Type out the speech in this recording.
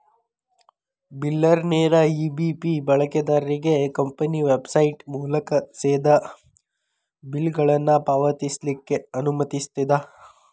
ಬಿಲ್ಲರ್ನೇರ EBP ಬಳಕೆದಾರ್ರಿಗೆ company website ಮೂಲಕಾ ಸೇದಾ ಬಿಲ್ಗಳನ್ನ ಪಾವತಿಸ್ಲಿಕ್ಕೆ ಅನುಮತಿಸ್ತದ